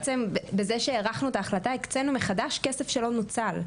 בזה שהארכנו את ההחלטה, הקצנו מחדש כסף שלא נוצל.